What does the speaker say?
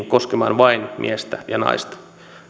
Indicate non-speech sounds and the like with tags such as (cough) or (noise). (unintelligible) koskemaan vain miestä ja naista